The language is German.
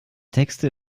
texte